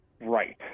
right